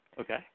Okay